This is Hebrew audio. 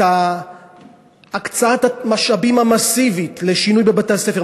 את הקצאת המשאבים המסיבית לשינוי בבתי-הספר,